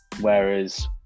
Whereas